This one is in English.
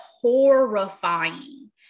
horrifying